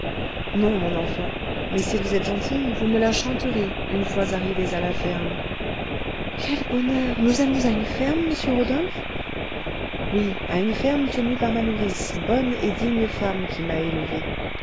non mon enfant mais si vous êtes gentille vous me la chanterez une fois arrivés à la ferme quel bonheur nous allons à une ferme monsieur rodolphe oui à une ferme tenue par ma nourrice bonne et digne femme qui m'a élevé